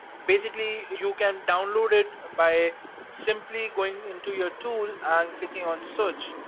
basically you can download it by simply going into your tool and clicking on search,